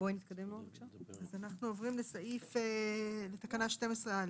אנחנו עוברים לתקנה 12א,